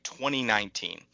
2019